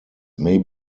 may